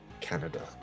Canada